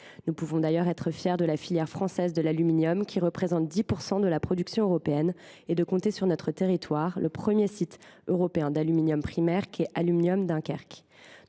Nous pouvons d’ailleurs être fiers et de la filière française, qui représente 10 % de la production européenne, et de compter sur notre territoire le premier site européen d’aluminium primaire : Aluminium Dunkerque.